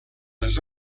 les